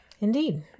Indeed